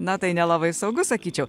na tai nelabai saugu sakyčiau